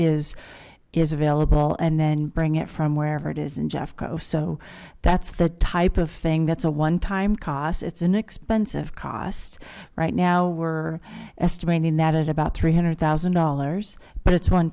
is is available and then bring it from wherever it is in jeffco so that's the type of thing that's a one time cost it's an expensive costs right now we're estimating that at about three hundred thousand dollars but it's one